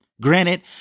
Granted